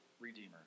Redeemer